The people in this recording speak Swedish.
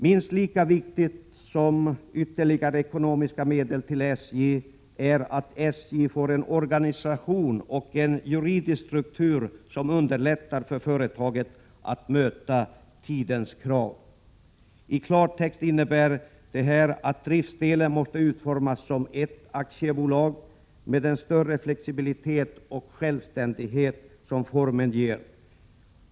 Minst lika viktigt som ytterligare ekonomiska medel till SJ är att SJ får en organisation och en juridisk struktur som underlättar för företaget att möta tidens krav. I klartext innebär detta att driftsdelen måste utformas som ett aktiebolag, med den större flexibilitet och självständighet som den formen ger.